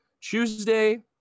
Tuesday